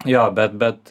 jo bet bet